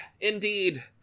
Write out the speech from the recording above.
indeed